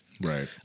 Right